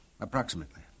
approximately